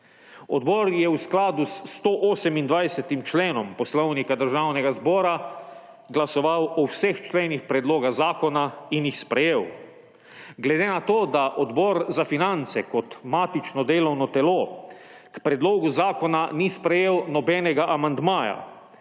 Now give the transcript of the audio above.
Odbor je v skladu s 128. členom Poslovnika Državnega zbora glasoval o vseh členih predloga zakona in jih sprejel. Glede na to, da Odbor za finance kot matično delovno telo k predlogu zakona ni sprejel nobenega amandmaja,